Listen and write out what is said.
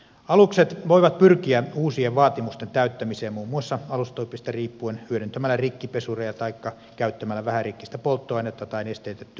alukset voivat pyrkiä uusien vaatimusten täyttämiseen muun muassa alustyypistä riippuen hyödyntämällä rikkipesuria taikka käyttämällä vähärikkistä polttoainetta tai nesteytettyä maakaasua